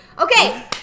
okay